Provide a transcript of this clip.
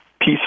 peace